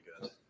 good